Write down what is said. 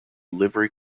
livery